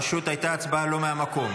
פשוט הייתה הצבעה לא מהמקום,